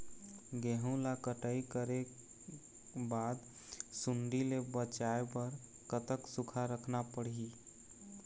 गेहूं ला कटाई करे बाद सुण्डी ले बचाए बर कतक सूखा रखना पड़ही?